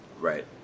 Right